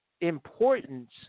importance